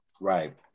Right